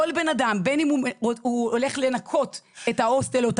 כל אחד בין אם הוא הולך לנקות את ההוסטל או את